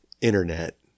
internet